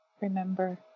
remember